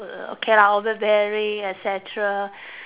err okay lah overbearing et cetera